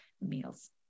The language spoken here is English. meals